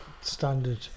standard